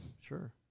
Sure